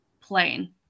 plane